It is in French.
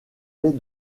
faits